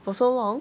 for so long